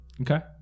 Okay